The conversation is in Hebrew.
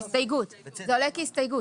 זה הסתייגות, זה עולה כהסתייגות.